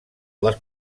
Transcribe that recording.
les